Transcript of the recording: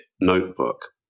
notebook